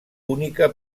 única